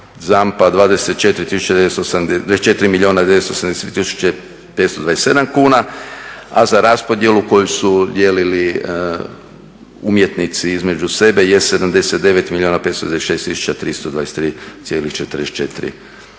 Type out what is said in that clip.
tisuće 527 kuna, a za raspodjelu koju su dijelili umjetnici između sebe je 79 milijuna